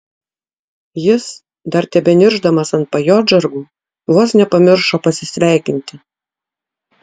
jis dar tebeniršdamas ant pajodžargų vos nepamiršo pasisveikinti